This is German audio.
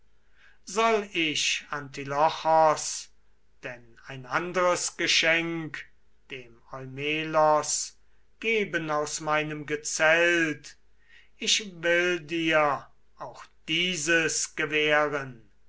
soll ich antilochos denn ein andres geschenk dem eumelos geben aus meinem gezelt ich will dir auch dieses gewähren